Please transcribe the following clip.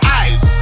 eyes